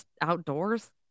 outdoors